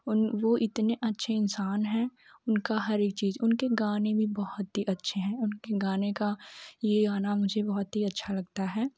उन वह इतने अच्छे इन्सान हैं उनकी हर एक चीज़ उनके गाने भी बहुत ही अच्छे हैं उनके गाने का यह गाना मुझे बहुत ही अच्छा लगता है